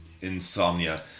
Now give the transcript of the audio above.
insomnia